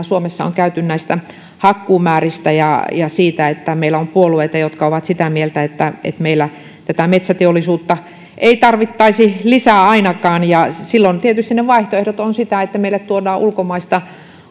suomessa on käyty hakkuumääristä ja sitä että meillä on puolueita jotka ovat sitä mieltä että meillä metsäteollisuutta ei tarvittaisi lisää ainakaan silloin tietysti vaihtoehto on se että meille tuodaan ulkomaista